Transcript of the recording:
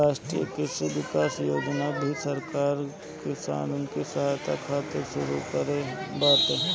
राष्ट्रीय कृषि विकास योजना भी सरकार किसान के सहायता करे खातिर शुरू कईले बाटे